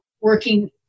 working